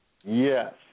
Yes